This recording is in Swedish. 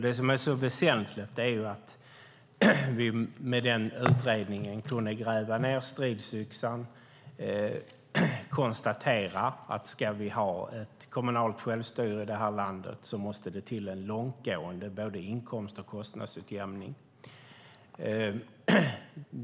Det som är så väsentligt är att vi med den utredningen kunde gräva ned stridsyxan och konstatera att ska vi ha ett kommunalt självstyre i det här landet måste det till en långtgående både inkomst och kostnadsutjämning.